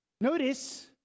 Notice